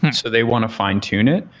so they want to fine-tune it.